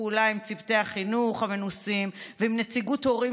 פעולה עם צוותי החינוך המנוסים ועם נציגות הורים,